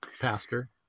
Pastor